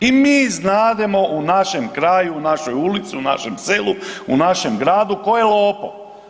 I mi znademo u našem kraju, u našoj ulici, u našem selu, u našem gradu tko je lopov.